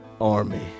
army